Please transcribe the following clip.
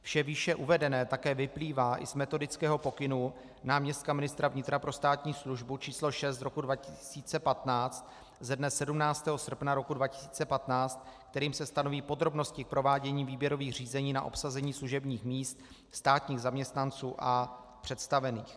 Vše výše uvedené také vyplývá i z Metodického pokynu náměstka ministra vnitra pro státní službu číslo 6 z roku 2015 ze dne 17. srpna roku 2015, kterým se stanoví podrobnosti k provádění výběrových řízení na obsazení služebních míst státních zaměstnanců a představených.